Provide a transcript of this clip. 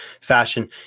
fashion